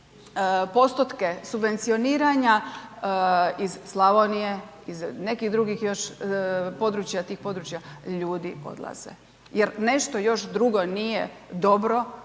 postotke subvencioniranja iz Slavonije, iz nekih drugih, još područja, tih područja ljudi odlaze. Jer nešto još drugo nije dobro,